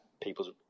people's